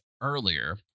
earlier